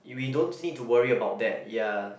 we don't need to worry about that ya